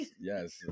yes